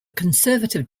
conservative